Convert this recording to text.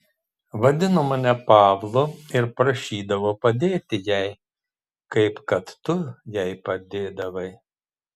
vadino mane pavlu ir prašydavo padėti jai kaip kad tu jai padėdavai